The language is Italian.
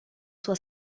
sua